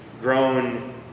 grown